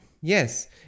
Yes